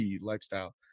lifestyle